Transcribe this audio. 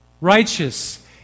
righteous